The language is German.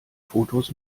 fotos